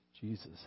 Jesus